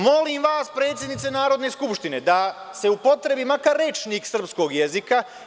Molim vas, predsednice Narodne skupštine, da se upotrebi makar Rečnik srpskog jezika.